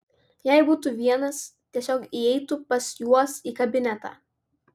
jei būtų vienas tiesiog įeitų pas juos į kabinetą